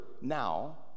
now